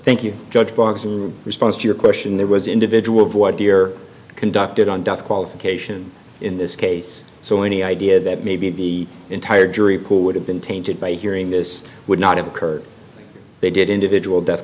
thank you judge box in response to your question there was individual conducted on death qualification in this case so any idea that maybe the entire jury pool would have been tainted by hearing this would not have occurred they did individual death